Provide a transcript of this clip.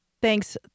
Thanks